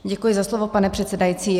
Děkuji za slovo, pane předsedající.